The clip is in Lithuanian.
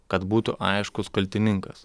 kad būtų aiškus kaltininkas